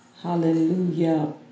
Hallelujah